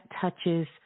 touches